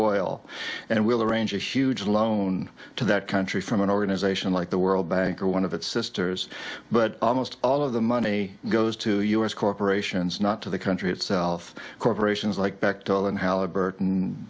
oil and we'll arrange issues loan to that country from an organization like the world bank or one of its sisters but almost all of the money goes to u s corporations not to the country itself corporations like bechtel and halliburton